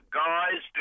guys